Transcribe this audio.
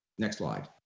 next slide.